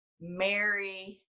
Mary